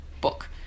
book